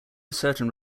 certain